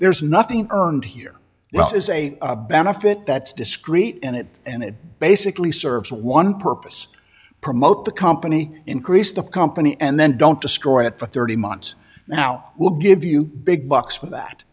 there is nothing earned here wealth is a benefit that's discreet and it and it basically serves one purpose promote the company increase the company and then don't destroy it for thirty months now will give you big bucks for that